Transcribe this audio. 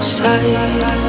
side